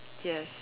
yes